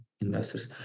investors